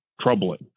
troubling